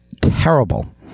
terrible